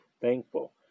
thankful